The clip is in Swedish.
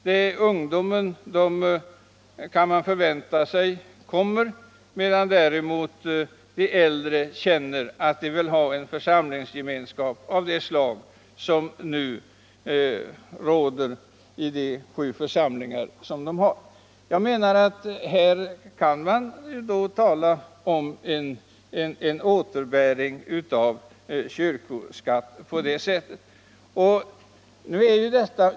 Man kan förvänta sig att ungdomen kommer att gå över medan däremot de äldre känner att de vill ha en församlingsgemenskap av det slag som nu råder i de sju församlingar de har. Jag menar därför som sagt att man kan tala om en återbäring av kyrkoskatt i detta fall.